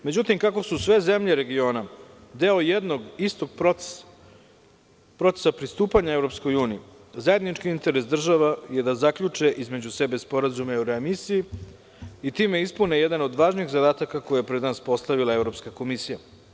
Međutim, kako su sve zemlje regiona deo jednog istog procesa, procesa pristupanja EU, zajednički interes država je da zaključe između sebe sporazume o readmisiji i time ispune jedan od važnijih zadataka koji je pred nas postavila Evropska komisija.